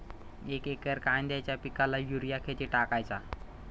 एक एकर कांद्याच्या पिकाला युरिया किती टाकायचा?